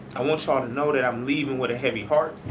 i want y'all to know that i'm leaving with a heavy heart